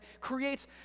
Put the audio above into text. creates